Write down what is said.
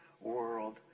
world